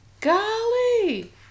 Golly